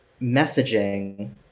messaging